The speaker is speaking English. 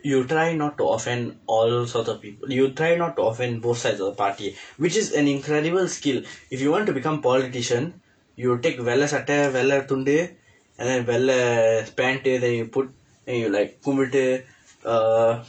you will try not to offend all sorts of people you'll try not to offend both sides of the party which is an incredible skill if you want to become politician you take வெள்ளை சட்டை வெள்ளை துண்டு:vellai satdai vellai thundu and then வெள்ளை:vellai pant then you put then you like கும்மிட்டு:kummitdu err